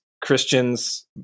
Christians